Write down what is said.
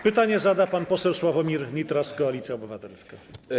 Pytanie zada pan poseł Sławomir Nitras, Koalicja Obywatelska.